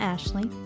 Ashley